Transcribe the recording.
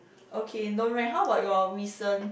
okay don't rank how about your recent